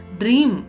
dream